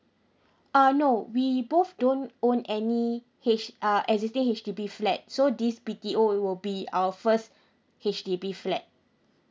uh no we both don't own any H uh existing H_D_B flat so this B_T_O it will be our first H_D_B flat